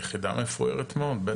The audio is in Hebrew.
יחידה מפוארת מאוד, בטח.